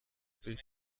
durch